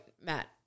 Matt